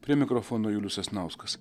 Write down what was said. prie mikrofono julius sasnauskas